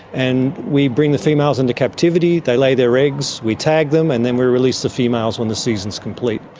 and we bring the females into captivity, they lay their eggs, we tag them, and then we release the females when the season is complete.